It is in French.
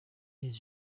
des